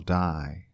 die